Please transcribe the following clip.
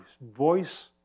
voice